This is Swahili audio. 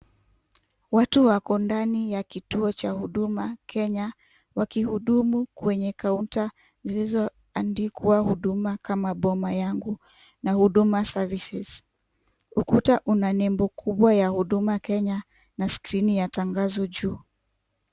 Watu wako ndani ya kituo cha huduma Kenya, wakihudumiwa kwenye kaunta zilizoandikwa huduma kama boma yangu na huduma services .Ukuta una nembo kubwa ya Kuduma Kenya na screen ya tangazo juu.